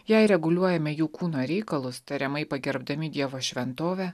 jei reguliuojame jų kūno reikalus tariamai pagerbdami dievo šventovę